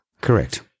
Correct